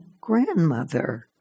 grandmother